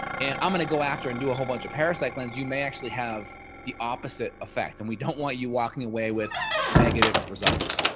and i'm going to go after and do a whole bunch of parasite cleanse, you may actually have the opposite effect. and we don't want you walking away with negative results.